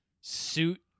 suit